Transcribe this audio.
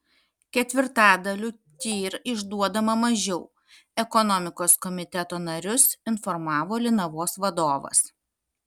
ketvirtadaliu tir išduodama mažiau ekonomikos komiteto narius informavo linavos vadovas